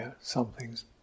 something's